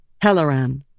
Helleran